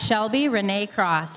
shelby renee cross